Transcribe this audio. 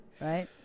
right